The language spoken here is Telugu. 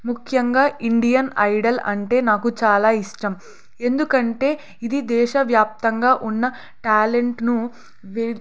ముఖ్యంగా ఇండియన్ ఐడల్ అంటే నాకు చాలా ఇష్టం ఎందుకంటే ఇది దేశవ్యాప్తంగా ఉన్న టాలెంట్ను వె